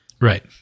Right